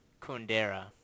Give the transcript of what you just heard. Kundera